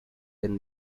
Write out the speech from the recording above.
and